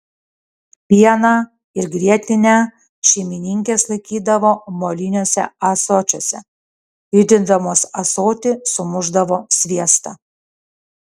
pieną ir grietinę šeimininkės laikydavo moliniuose ąsočiuose judindamos ąsotį sumušdavo sviestą